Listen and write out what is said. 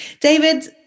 David